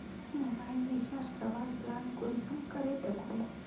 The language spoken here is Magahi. मोबाईल रिचार्ज करवार प्लान कुंसम करे दखुम?